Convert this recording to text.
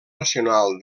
nacional